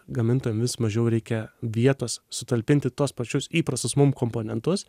gamintojam vis mažiau reikia vietos sutalpinti tuos pačius įprastus mum komponentus